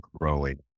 growing